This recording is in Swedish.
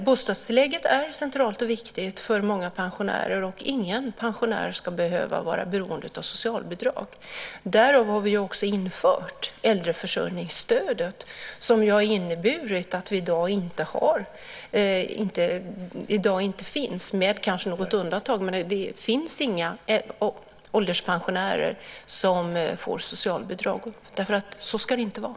Bostadstillägget är centralt och viktigt för många pensionärer. Ingen pensionär ska behöva vara beroende av socialbidrag. Därför har vi infört äldreförsörjningsstödet, som ju inneburit att det i dag inte finns - ja, kanske med något undantag - några ålderspensionärer som får socialbidrag. Och så ska det ju inte heller vara.